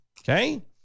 Okay